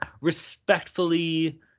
respectfully